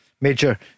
major